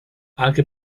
anche